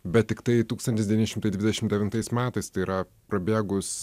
bet tiktai tūkstantis devyni šimtai dvidešim devintais metais tai yra prabėgus